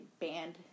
banned